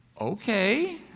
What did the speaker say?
Okay